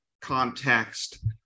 context